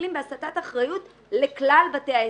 מתחילים בהסטת אחריות לכלל בתי העסק.